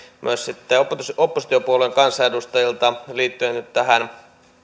myös sitten oppositiopuolueiden kansanedustajilta liittyen nyt tähän